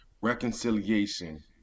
Reconciliation